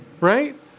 right